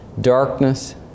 darkness